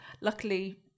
luckily